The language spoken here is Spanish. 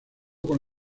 con